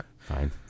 Fine